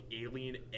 alien